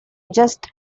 just